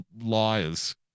liars